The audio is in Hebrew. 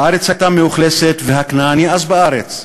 הארץ הייתה מאוכלסת והכנעני אז בארץ.